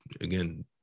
again